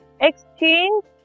exchange